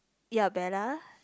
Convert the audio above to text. ya Bella